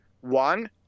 One